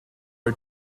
are